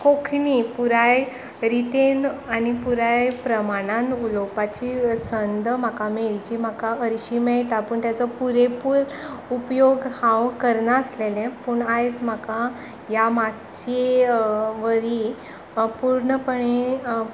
कोंकणी पुराय रितीन आनी पुराय प्रमाणान उलोवपाची संद म्हाका मेळची म्हूण म्हाका हरशीं मेळटा पूण ताचो पुरेपूर्ण उपयोग हांव करनासलें पूण आयज म्हाका ह्या माचये वरी पुर्णपणी